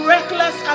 Reckless